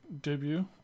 debut